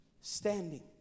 Standing